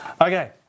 Okay